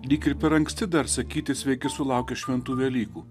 lyg ir per anksti dar sakyti sveiki sulaukę šventų velykų